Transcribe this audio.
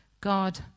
God